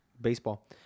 baseball